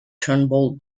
turnbull